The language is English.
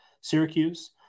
Syracuse